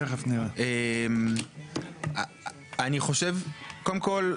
אני חושב, קודם כול,